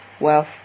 wealth